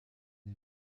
est